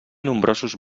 nombrosos